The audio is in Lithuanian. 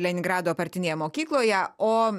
leningrado partinėje mokykloje o